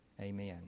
Amen